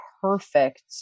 Perfect